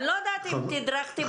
אני לא יודעת אם תדרכתם אותם.